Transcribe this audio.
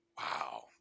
Wow